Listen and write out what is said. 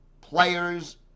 players